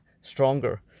stronger